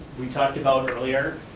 we talked about earlier,